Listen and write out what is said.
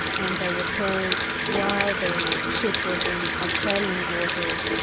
and they were told while the ship was in australian waters,